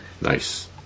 nice